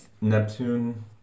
Neptune